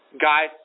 guys